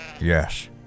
Yes